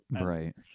Right